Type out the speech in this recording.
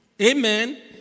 Amen